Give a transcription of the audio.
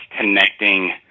connecting